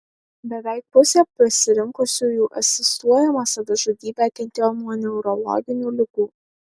beveik pusė pasirinkusiųjų asistuojamą savižudybę kentėjo nuo neurologinių ligų